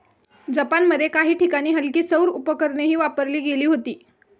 जपानमध्ये काही ठिकाणी हलकी सौर उपकरणेही वापरली गेली होती